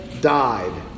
died